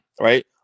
right